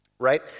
right